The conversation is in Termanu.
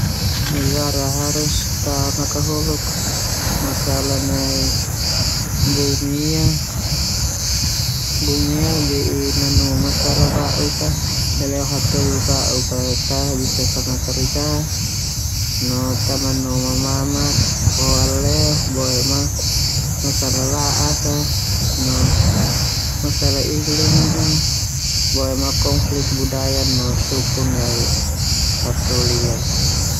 Negara harus tao nakahuluk masalah nai bumi ia. Bumi ia bei nanu masalah ba'uk a leleo hataholi bau'uk a ta bisa sanga kerja karna ta manu mamana kerja boema masalah la'as no iklim boema konflik budaya no iklim.